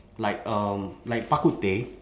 like um like bak kut teh